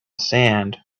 sand